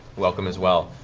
welcome as well.